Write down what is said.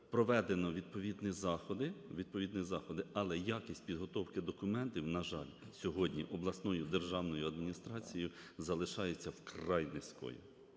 заходи, відповідні заходи, але якість підготовки документів, на жаль, сьогодні обласною державною адміністрацією залишається вкрай низькою,